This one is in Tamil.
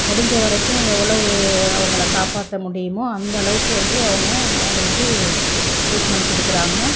முடிஞ்ச வரைக்கும் எவ்வளவு அவங்களை காப்பாற்ற முடியுமோ அந்தளவுக்கு வந்து அவங்க அவங்களுக்கு ட்ரீட்மெண்ட் கொடுக்கறாங்க